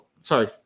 sorry